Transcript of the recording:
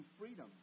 freedom